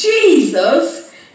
jesus